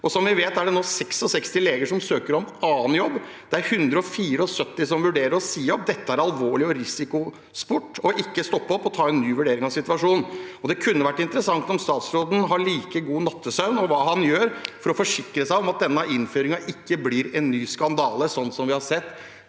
Som vi vet, er det nå 66 leger som søker om annen jobb, og det er 174 som vurderer å si opp. Dette er alvorlig, og det er en risikosport ikke å stoppe opp og ta en ny vurdering av situasjonen. Det kunne vært interessant å høre om statsråden har like god nattesøvn, og hva han gjør for å forsikre seg om at denne innføringen ikke blir en ny skandale, slik som vi har sett